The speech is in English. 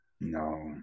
No